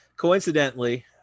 Coincidentally